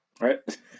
right